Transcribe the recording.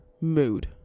mood